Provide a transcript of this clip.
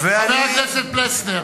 חבר הכנסת פלסנר.